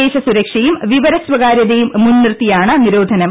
ദേശസുര ക്ഷയും വിവര സ്വകാര്യതയും മുൻ നിർത്തിയാണ് നിരോധനം